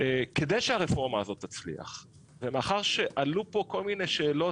כדי שהרפורמה הזאת תצליח ומאחר שעלו פה כל מיני שאלות